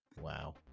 Wow